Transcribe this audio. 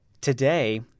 Today